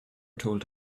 told